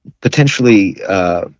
potentially